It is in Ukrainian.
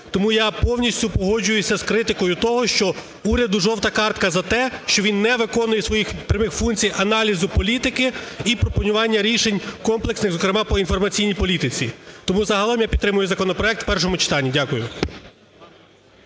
Тому я повністю погоджуюся з критикою того, що уряду "жовта картка" за те, що він не виконує своїх прямих функцій аналізу політики і пропонування рішень комплексних, зокрема по інформаційній політиці. Тому загалом я підтримую законопроект у першому читанні. Дякую.